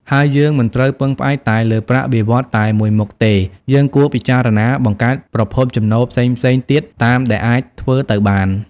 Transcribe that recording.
ហើយយើងមិនត្រូវពឹងផ្អែកតែលើប្រាក់បៀវត្សរ៍តែមួយមុខទេ យើងគួរពិចារណាបង្កើតប្រភពចំណូលផ្សេងៗទៀតតាមដែលអាចធ្វើទៅបាន។